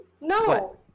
no